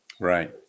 Right